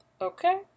Okay